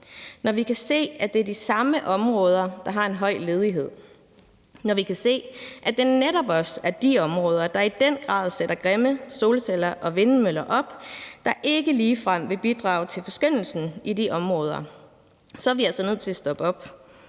når vi kan se, at det er de samme områder, der har en høj ledighed; når vi kan se, at det netop også er de områder, der i den grad sætter grimme solceller og vindmøller op, der ikke ligefrem vil bidrage til forskønnelsen i de områder, så er vi altså nødt til at stoppe op